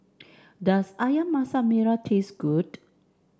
does ayam Masak Merah taste good